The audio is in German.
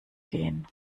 gehen